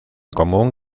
común